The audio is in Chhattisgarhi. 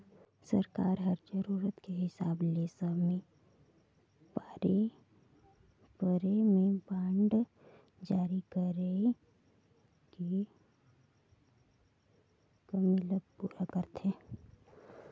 सरकार ह जरूरत के हिसाब ले समे परे में बांड जारी कइर के कमी ल पूरा करथे